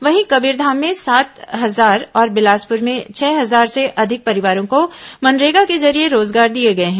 वहीं कबीरधाम में सात हजार और बिलासपुर में छह हजार से अधिक परिवारों को मनरेगा के जरिये रोजगार दिए गए हैं